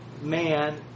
Man